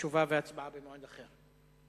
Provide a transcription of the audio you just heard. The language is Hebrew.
תשובה והצבעה במועד אחר.